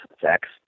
sex